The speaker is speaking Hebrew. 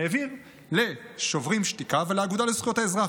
העביר לשוברים שתיקה ולאגודה לזכויות האזרח